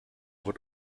wird